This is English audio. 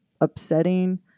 upsetting